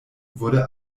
wurde